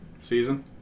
season